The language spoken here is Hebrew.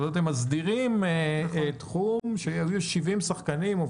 אתם מסדירים תחום שיש בו 70 שחקנים.